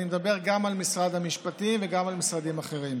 אני מדבר גם על משרד המשפטים וגם על משרדים אחרים.